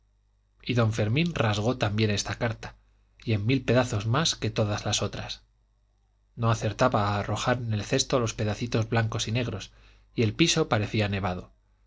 y don fermín rasgó también esta carta y en mil pedazos más que todas las otras no acertaba a arrojar en el cesto los pedacitos blancos y negros y el piso parecía nevado